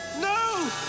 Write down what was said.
No